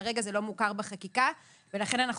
כרגע זה לא מוכר בחקיקה ולכן אנחנו